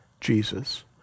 Jesus